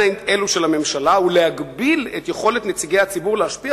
אלה של הממשלה ולהגביל את יכולת נציגי הציבור להשפיע